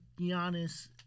Giannis